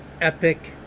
epic